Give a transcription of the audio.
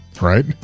Right